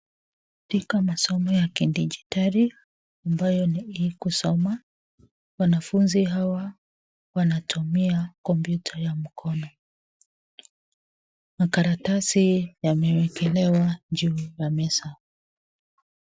Katika masomo ya kidijitali ambayo ni hii kusoma. Wanafunzi hawa wanatumia kompyuta ya mkono. Makaratasi yamewekelewa juu ya meza.